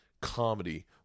comedy